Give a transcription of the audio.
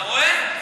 אתה רואה?